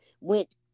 went